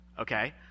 okay